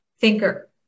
thinker